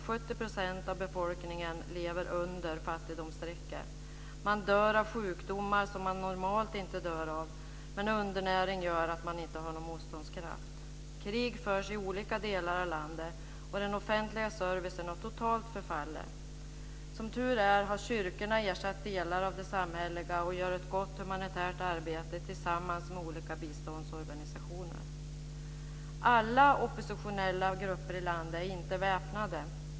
70 % av befolkningen lever under fattigdomsstrecket. Människor dör av sjukdomar som man normalt inte dör av, men undernäring gör att de inte har någon motståndskraft. Krig förs i olika delar av landet, och den offentliga servicen har totalt förfallit. Som tur är har kyrkorna ersatt delar av det samhälleliga och gör ett gott humanitärt arbete tillsammans med olika biståndsorganisationer. Alla oppositionella grupper i landet är inte väpnade.